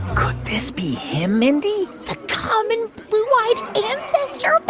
could this be him, mindy? the common blue-eyed ancestor but